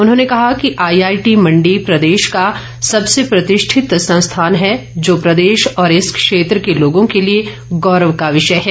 उन्होंने कहा कि आईआईटी मंडी प्रदेश का सबसे प्रतिष्ठित संस्था है जो प्रदेश और इस क्षेत्र के लोगों के लिए गौरव का विषय है